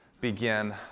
begin